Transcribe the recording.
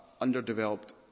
underdeveloped